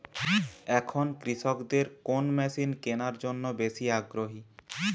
এখন কৃষকদের কোন মেশিন কেনার জন্য বেশি আগ্রহী?